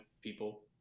people